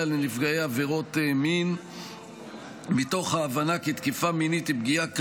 לנפגעי עבירות מין מתוך ההבנה כי תקיפה מינית היא פגיעה קשה,